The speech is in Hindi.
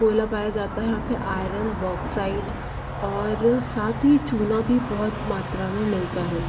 कोयला पाया जाता है यहाँ पर आयरन बॉक्साइड और साथ ही चूना भी बहुत मात्रा में मिलता है